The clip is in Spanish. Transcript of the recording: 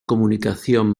comunicación